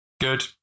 Good